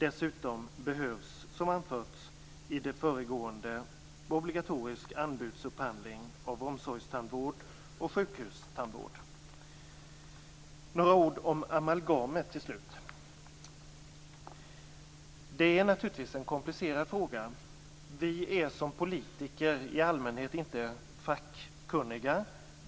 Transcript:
Dessutom behövs, som anförts i det föregående, obligatorisk anbudsupphandling av omsorgstandvård och sjukhustandvård. Till slut några ord om amalgamet. Det är naturligtvis en komplicerad fråga. Vi är som politiker i allmänhet inte fackkunniga.